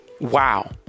Wow